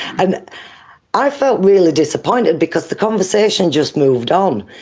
and i felt really disappointed because the conversation just moved on,